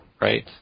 right